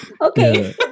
Okay